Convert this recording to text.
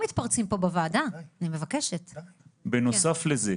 בנוסף לזה,